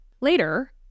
Later